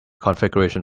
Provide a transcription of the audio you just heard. configuration